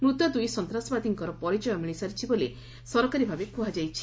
ମୃତ ଦୁଇ ସନ୍ତାସବାଦୀଙ୍କର ପରିଚୟ ମିଳିସାରିଛି ବୋଲି ସରକାରୀ ଭାବେ କୁହାଯାଇଛି